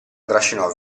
trascinò